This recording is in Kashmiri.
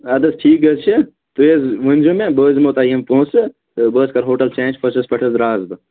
اَدٕ حظ ٹھیٖک حظ چھِ تُہۍ حظ ؤنۍ زیٚو مےٚ بہٕ حظ دِمہو تۄہِہ یِم پۄنٛسہٕ تہٕ بہٕ حظ کَرٕ ہوٹَل چینٛج فٔسٹس پٮ۪ٹھ حظ درٛاَس بہٕ